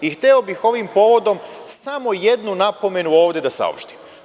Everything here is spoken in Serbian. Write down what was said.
I hteo bih ovim povodom samo jednu napomenu ovde da saopštim.